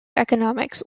economics